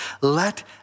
Let